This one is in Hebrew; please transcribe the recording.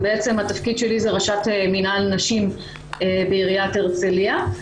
התפקיד שלי הוא ראשת מינהל נשים בעיריית הרצליה,